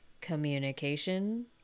Communication